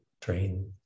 train